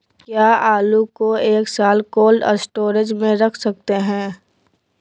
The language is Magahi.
क्या आलू को एक साल कोल्ड स्टोरेज में रख सकते हैं?